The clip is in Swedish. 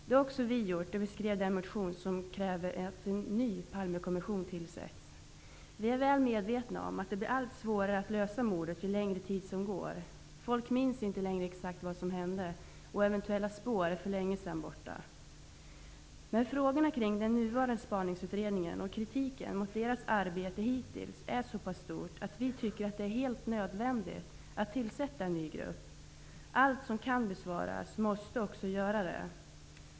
Det har också vi gjort då vi har skrivit den motion där vi kräver att en ny Palmekommision tillsätts. Vi är väl medvetna om att det blir allt svårare att lösa mordet ju längre tid som går. Folk minns inte längre exakt vad som hände, och eventuella spår är för länge sedan borta. Men frågorna kring den nuvarande spaningsutredningen är så pass många och kritiken mot dess arbete hittills är så pass omfattande att vi tycker att det är helt nödvändigt att tillsätta en ny grupp. Allt som kan besvaras måste också besvaras.